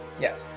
Yes